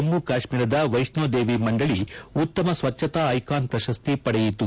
ಜಮ್ಮ ಕಾಶ್ಮೀರದ ವೈಷ್ಣೋದೇವಿ ಮಂಡಳಿ ಉತ್ತಮ ಸ್ವಚ್ಛತಾ ಐಕಾನ್ ಪ್ರಶಸ್ತಿ ಪಡೆಯಿತು